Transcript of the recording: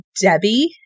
Debbie